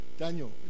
Daniel